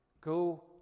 Go